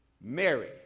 Mary